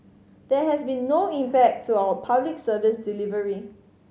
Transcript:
there has been no impact to our Public Service delivery